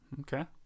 Okay